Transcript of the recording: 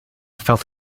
felt